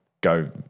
go